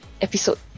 episode